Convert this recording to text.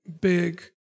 big